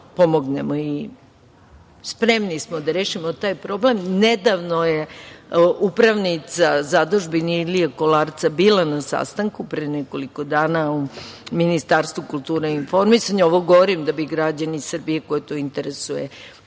pomognemo i spremni smo da rešimo taj problem. Nedavno je upravnica zadužbine Ilije Kolarca bila na sastanku pre nekoliko dana u Ministarstvu kulture i informisanja, ovo govorim da bi građani Srbije koje to interesuje znali,